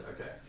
Okay